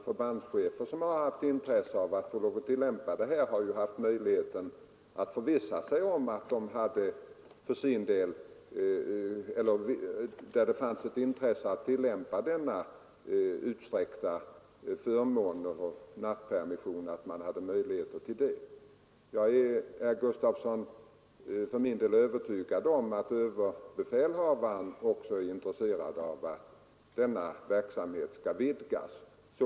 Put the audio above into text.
Där det funnits intresse för att tillämpa dessa utsträckta förmåner och nattpermission, har ju förbandschefen kunnat förvissa sig om huruvida man hade möjligheter till det. Jag är, herr Gustavsson, för min del övertygad om att överbefälhavaren också är intresserad av att denna försöksverksamhet skall vidgas till alla förband.